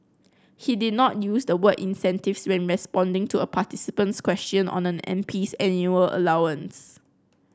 he did not use the word incentives when responding to a participant's question on an MP's annual allowance